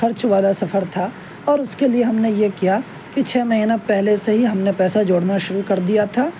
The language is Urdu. خرچ والا سفر تھا اور اس کے لیے ہم نے یہ کیا کہ چھ مہینہ پہلے سے ہی ہم نے پیسہ جوڑنا شروع کردیا تھا